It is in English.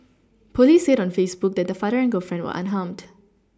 police said on Facebook that the father and girlfriend were unharmed